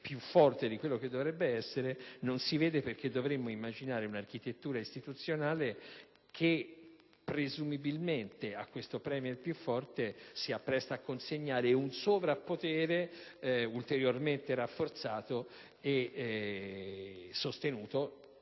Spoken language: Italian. più forte di quello che dovrebbe essere, non si vede perché dovremmo immaginare un'architettura istituzionale che, presumibilmente, a questo *premier* si appresta a consegnare un sovrappiù di potere, ulteriormente rafforzato e sostenuto,